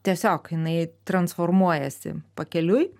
tiesiog jinai transformuojasi pakeliui